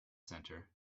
center